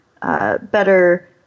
better